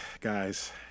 guys